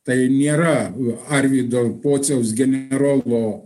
tai nėra arvydo pociaus generolo